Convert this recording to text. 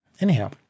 Anyhow